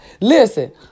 Listen